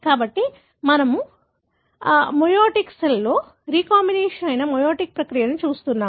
కాబట్టి మనము మెయోటిక్సెల్స్లో రీయోంబినేషన్ అయిన మెయోటిక్ ప్రక్రియను చూస్తున్నాము